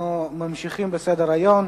אנחנו ממשיכים בסדר-היום.